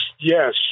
yes